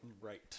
Right